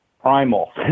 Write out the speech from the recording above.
primal